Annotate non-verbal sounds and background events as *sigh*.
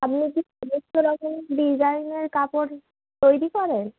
আপনি কী *unintelligible* ডিজাইনের কাপড় তৈরি করেন